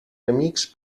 remix